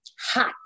hot